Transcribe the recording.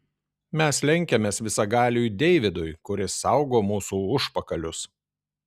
mes lenkiamės visagaliui deividui kuris saugo mūsų užpakalius